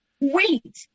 wait